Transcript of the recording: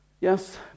Yes